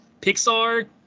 pixar